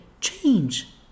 change